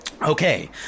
Okay